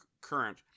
current